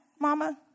mama